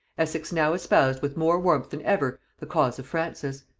essex now espoused with more warmth than ever the cause of francis.